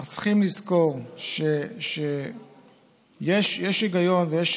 אנחנו צריכים לזכור שיש היגיון ויש